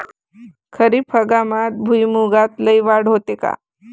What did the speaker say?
खरीप हंगामात भुईमूगात लई वाढ होते का?